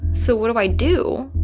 so what do i do?